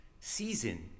season